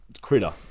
Critter